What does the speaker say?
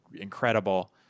incredible